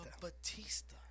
Batista